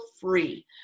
free